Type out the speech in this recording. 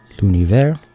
l'univers